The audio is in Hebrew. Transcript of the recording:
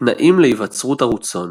תנאים להיווצרות ערוצון